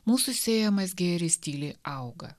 mūsų siejamas gėris tyliai auga